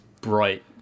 bright